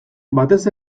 batez